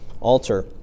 alter